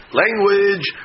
language